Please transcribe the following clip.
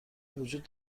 وجود